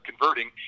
converting